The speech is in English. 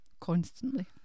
constantly